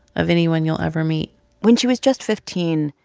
of anyone you'll ever meet when she was just fifteen,